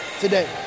today